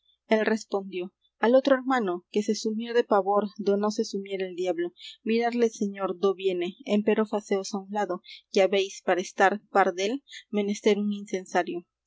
él respondió al otro hermano que se sumió de pavor do no se sumiera el diablo miradle señor dó viene empero faceos á un lado que habéis para estar par dél menester un incensario